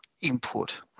input